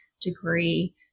degree